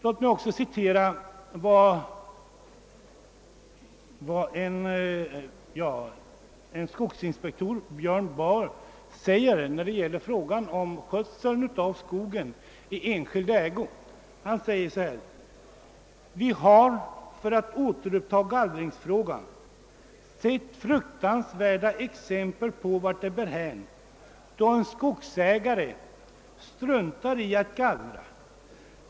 Låt mig också citera vad skogsinspektor Björn Bauer säger om skötseln av skog i enskild ägo: »Vi har, för att återupptaga gallringsfrågan, sett fruktansvärda exempel på vart det bär hän då en skogsägare struntar i att gallra.